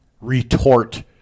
retort